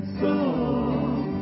song